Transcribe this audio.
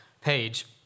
page